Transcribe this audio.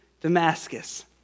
Damascus